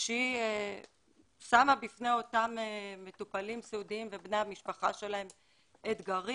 שהיא שמה בפני אותם מטופלים סיעודיים ובני המשפחה שלהם אתגרים.